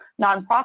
nonprofit